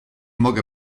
mogę